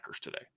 today